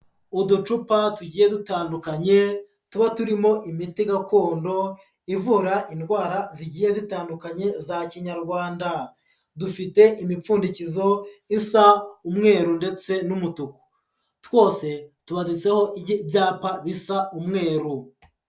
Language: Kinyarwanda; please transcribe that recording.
Uducupa tugiye dutandukanye tuba turimo imiti gakondo ivura indwara zigiye zitandukanye za kinyarwanda. Dufite imipfundikizo isa umweru ndetse n'umutuku. Twose tubaditseho ibyapa bisa umweru.